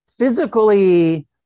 Physically